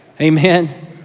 Amen